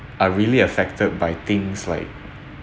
I really affected by things like